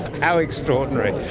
how extraordinary.